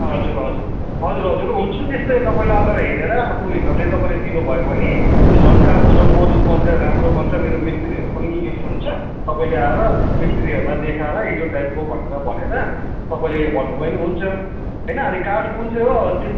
हजुर हजुर हजुर हजुर हुन्छ त्यस्तै तपाईँले अगर हेरेर आफू हिसाबले तपाईँले दिनुभयो भने त्यो झन् राम्रो झन् मजबुत बन्छ राम्रो बन्छ मेरो मिस्त्रीहरू पनि यही हुन्छ तपाईँले आएर मिस्त्रीहरूलाई देखाएर यो टाइपको भनेर भनेर तपाईँले भन्नुभयो भने हुन्छ होइन अनि काठ कुन चाहिँ हो त्यो चाहिँ